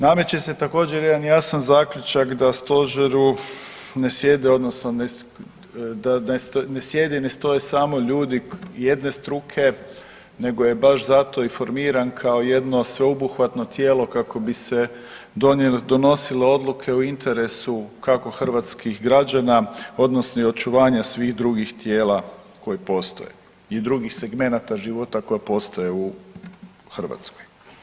Nameće se također jedan jasan zaključak da u stožeru ne sjede odnosno da ne sjede i ne stoje samo ljude jedne struke nego je baš zato i formiran kao jedno sveobuhvatno tijelo kako bi se donosile odluke u interesu kako hrvatskih građana odnosno i očuvanja svih drugih tijela koji postoje i drugih segmenata života koji postoje u Hrvatskoj.